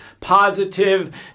positive